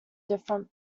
different